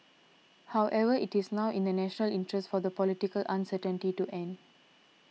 however it is now in the national interest for the political uncertainty to end